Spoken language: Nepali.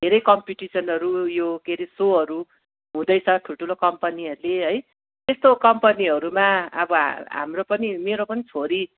धेरै कम्पिटिसनहरू यो के हरे सोहरू हुँदैछ ठुल्ठुलो कम्पनीहरूले है त्यस्तो कम्पनीहरूमा अब हा हाम्रो पनि मेरो पनि छोरी